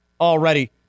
already